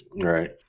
right